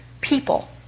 people